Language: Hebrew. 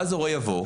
ואז הורה יבוא,